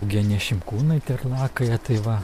eugenija šimkūnaitė ir lakai tai va